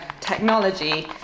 technology